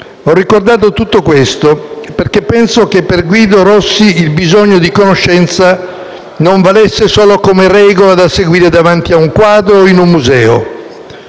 Ho ricordato tutto questo, perché penso che per Guido Rossi il bisogno di conoscenza non valesse solo come regola da seguire davanti a un quadro o in un museo.